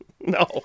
No